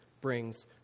brings